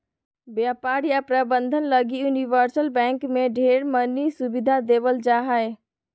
व्यापार या प्रबन्धन लगी यूनिवर्सल बैंक मे ढेर मनी सुविधा देवल जा हय